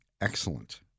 Excellent